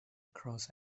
across